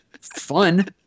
Fun